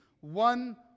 one